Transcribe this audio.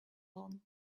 loan